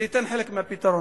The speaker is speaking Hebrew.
זה ייתן חלק מהפתרון.